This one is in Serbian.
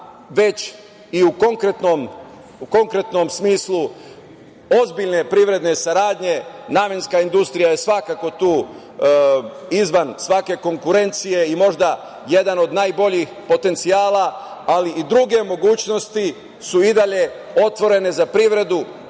već i u konkretnom smislu ozbiljne privredne saradnje. Namenska industrija je tu izvan svake konkurencije i možda jedan od najboljih potencijala, ali i druge mogućnosti i dalje otvorene za